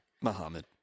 Muhammad